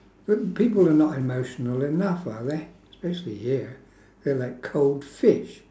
th~ people are not emotional enough are they especially here they are like cold fish